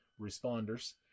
responders